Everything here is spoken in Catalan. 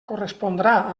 correspondrà